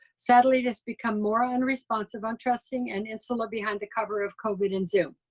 sadly it has become more unresponsive untrusting and insular behind the cover of covid and zoom.